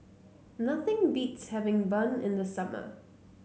nothing beats having bun in the summer